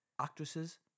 Actresses